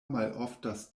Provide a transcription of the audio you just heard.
maloftas